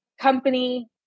company